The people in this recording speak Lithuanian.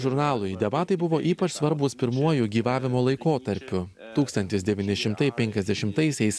žurnalui debatai buvo ypač svarbūs pirmuoju gyvavimo laikotarpiu tūkstantis devyni šimtai penkiasdešimtaisiais